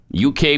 UK